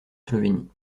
slovénie